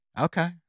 Okay